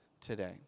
today